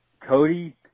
Cody